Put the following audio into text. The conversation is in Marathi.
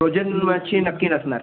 फ्रोजन मच्छी नक्की नसणार